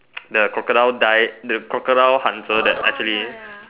the crocodile die the crocodile answer this actually